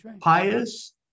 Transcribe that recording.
pious